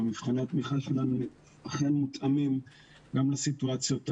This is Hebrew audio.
ומבחני התמיכה שלנו אכן מותאמים גם לסיטואציות האלה.